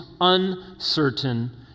uncertain